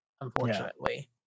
unfortunately